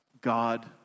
God